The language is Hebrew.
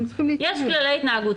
יש כללי התנהגות,